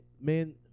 Man